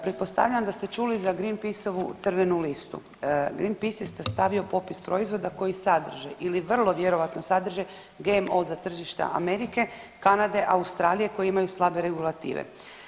Pretpostavljam da ste čuli za Greenpeacovu crvenu listu, Greenpeace je stavio popis proizvoda koji sadrže ili vrlo vjerojatno sadrže GMO za tržite Amerike, Kanade, Australije koji imaju slabe regulative.